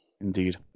Indeed